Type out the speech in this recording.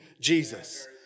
Jesus